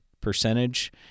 percentage